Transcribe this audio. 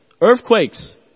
earthquakes